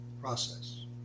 process